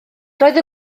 roedd